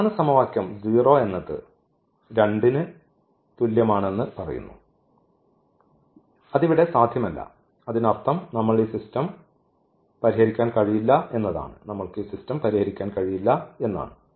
അവസാന സമവാക്യം 0 എന്നത് 2 ന് തുല്യമാണെന്ന് പറയുന്നു അത് ഇവിടെ സാധ്യമല്ല അതിനർത്ഥം നമ്മൾക്ക് ഈ സിസ്റ്റം പരിഹരിക്കാൻ കഴിയില്ല എന്നാണ്